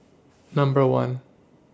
Number one